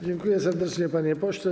Dziękuję serdecznie, panie pośle.